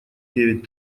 девять